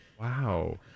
Wow